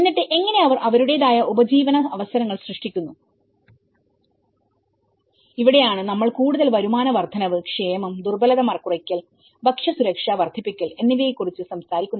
എന്നിട്ട് എങ്ങനെ അവർ അവരുടേതായ ഉപജീവന അവസരങ്ങൾ സൃഷ്ടിക്കുന്നു ഇവിടെയാണ് നമ്മൾ കൂടുതൽ വരുമാന വർദ്ധനവ് ക്ഷേമം ദുർബലത കുറയ്ക്കൽ ഭക്ഷ്യസുരക്ഷ വർദ്ധിപ്പിക്കൽ എന്നിവയെ കുറിച്ച് സംസാരിക്കുന്നത്